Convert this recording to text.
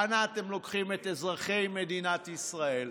אנה אתם לוקחים את אזרחי מדינת ישראל?